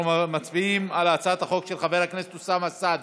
אנחנו מצביעים על הצעת החוק של חבר הכנסת אוסאמה סעדי.